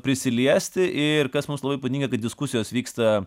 prisiliesti ir kas mums labai patinka kad diskusijos vyksta